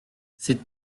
ces